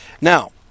Now